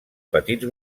petits